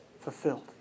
Fulfilled